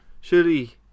Surely